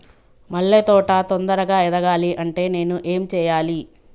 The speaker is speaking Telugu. మల్లె తోట తొందరగా ఎదగాలి అంటే నేను ఏం చేయాలి?